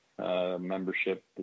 Membership